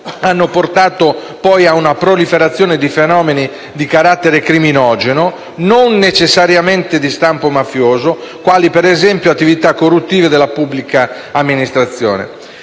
hanno portato alla proliferazione di fenomeni di carattere criminogeno (non necessariamente di stampo mafioso) quali, per esempio, attività corruttive della pubblica amministrazione.